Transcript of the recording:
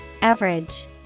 average